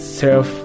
self